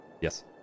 Yes